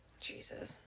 Jesus